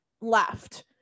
left